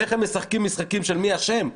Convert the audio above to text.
שניכם משחקים משחקים של מי אשם?